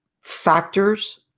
factors